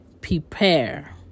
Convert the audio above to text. Prepare